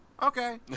Okay